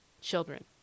children